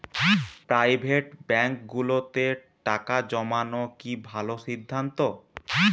Private ব্যাংকগুলোতে টাকা জমানো কি ভালো সিদ্ধান্ত?